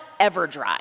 Everdry